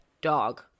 dog